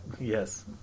yes